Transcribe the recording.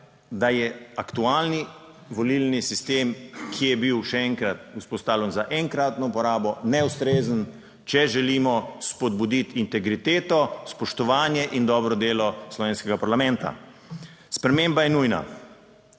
da je aktualni volilni sistem, ki je bil, še enkrat, vzpostavljen za enkratno uporabo, neustrezen. Če želimo spodbuditi integriteto, spoštovanje in dobro delo slovenskega parlamenta. Sprememba je nujna.